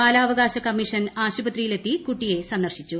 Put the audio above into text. ബാലാവകാശ കമ്മീഷൻ അംഗങ്ങൾ ആശുപത്രിയിലെത്തി കുട്ടിയെ സന്ദർശിച്ചു